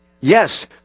Yes